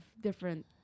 different